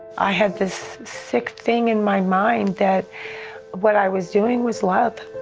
i had this sick thing in my mind that what i was doing was love.